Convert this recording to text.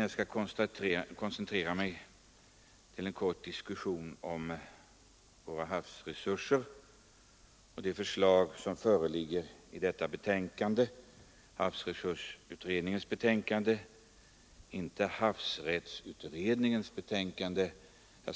Jag skall i stället i ett kort inlägg koncentrera mig på våra havsresurser och de förslag som framförts i havsresursutredningens betänkande och